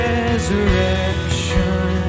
resurrection